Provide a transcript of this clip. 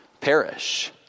perish